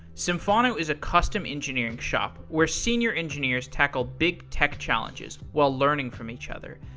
symphono is a custom engineering shop where senior engineers tackle big tech challenges while learning from each other.